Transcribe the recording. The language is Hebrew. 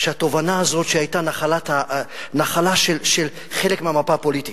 שהתובנה הזאת, שהיתה נחלה של חלק מהמפה הפוליטית,